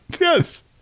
Yes